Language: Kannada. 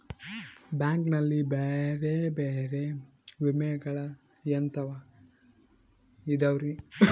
ಬ್ಯಾಂಕ್ ನಲ್ಲಿ ಬೇರೆ ಬೇರೆ ವಿಮೆಗಳು ಎಂತವ್ ಇದವ್ರಿ?